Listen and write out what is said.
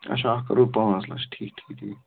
اَچھا اَکھ کَرو پانٛژھ لچھ ٹھیٖک ٹھیٖک ٹھیٖک